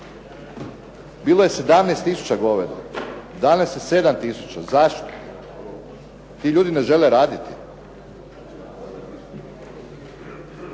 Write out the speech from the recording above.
Bilo je 17 tisuća goveda, danas je 7 tisuća. Zašto? Ti ljudi ne žele raditi.